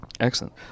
Excellent